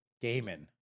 gaming